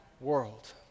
world